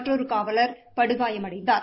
மற்றொரு காவலர் படுகாயமடைந்தார்